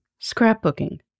scrapbooking